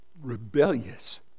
rebellious